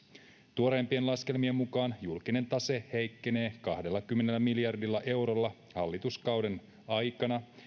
tuoreimpien laskelmien mukaan julkinen tase heikkenee kahdellakymmenellä miljardilla eurolla hallituskauden aikana